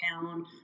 town